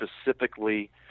specifically